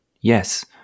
yes